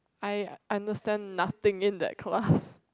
I understand nothing in that class